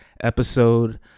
episode